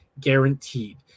Guaranteed